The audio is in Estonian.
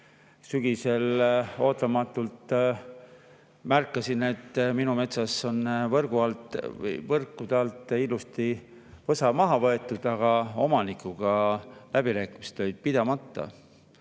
sügisel ootamatult märkasin, et minu metsas on võrkude alt võsa ilusti maha võetud, aga omanikuga läbirääkimised jäid pidamata.